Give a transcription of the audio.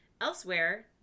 Elsewhere